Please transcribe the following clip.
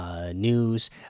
news